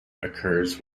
occurs